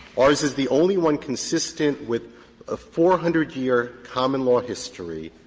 ours is the only one consistent with a four hundred year common law history,